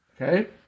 okay